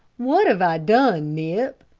what have i done, nip?